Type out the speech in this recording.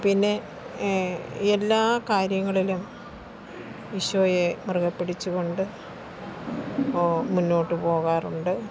പിന്നെ എല്ലാ കാര്യങ്ങളിലും ഈശോയെ മുറുകെ പിടിച്ച് കൊണ്ട് മുന്നോട്ട് പോകാറുണ്ട്